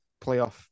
playoff